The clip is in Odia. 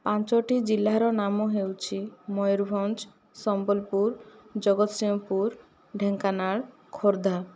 ପାଞ୍ଚୋଟି ଜିଲ୍ଲା ର ନାମ ହେଉଛି ମୟୂରଭଞ୍ଜ ସମ୍ବଲପୁର ଜଗତସିଂହପୁର ଢ଼େଙ୍କାନାଳ ଖୋର୍ଦ୍ଧା